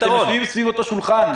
אתם יושבים סביב אותו שולחן.